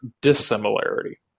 dissimilarity